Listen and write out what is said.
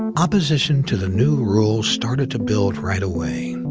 and opposition to the new rules started to build right away,